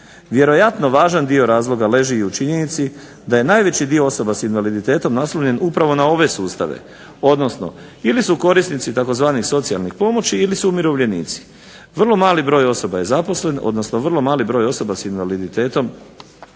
Vjerojatno važan dio razloga leži i u činjenici da je najveći dio osoba s invaliditetom naslonjen upravo na ove sustave, odnosno ili su korisnici tzv. socijalnih pomoći ili su umirovljenici. Vrlo mali broj osoba je zaposlen, odnosno vrlo mali broj osoba s invaliditetom